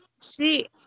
see